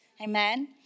Amen